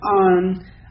on